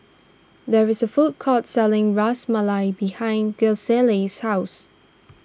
there is a food court selling Ras Malai behind Gisele's house